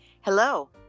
hello